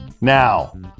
Now